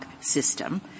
system